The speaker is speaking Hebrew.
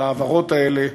על ההעברות האלה,